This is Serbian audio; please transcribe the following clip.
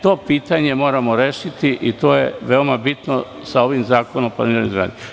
To pitanje moramo rešiti i to je veoma bitno sa ovim zakonom o planiranju i izgradnji.